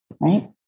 Right